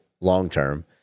long-term